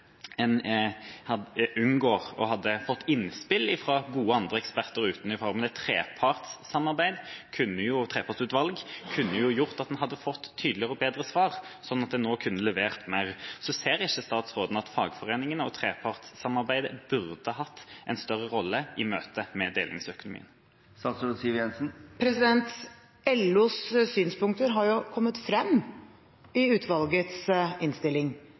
en kan unngå å ha fått innspill fra andre gode eksperter utenfra, men et trepartssamarbeid, et trepartsutvalg, kunne gjort at en hadde fått tydeligere og bedre svar, slik at en nå kunne levert mer. Ser ikke statsråden at fagforeningene og trepartssamarbeidet burde hatt en større rolle i møte med delingsøkonomien? LOs synspunkter har jo kommet frem i utvalgets innstilling.